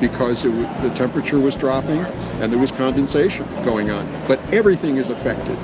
because the temperature was dropping, and there was condensation going on. but everything is affected.